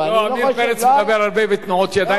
עמיר פרץ מדבר הרבה בתנועות ידיים,